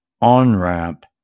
on-ramp